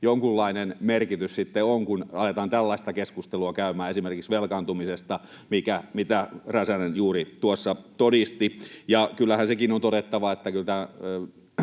jonkunlainen merkitys sitten on, kun aletaan tällaista keskustelua käymään esimerkiksi velkaantumisesta, mitä Räsänen juuri tuossa todisti. Ja kyllähän sekin on todettava, että nykyhallituksen